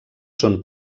són